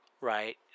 Right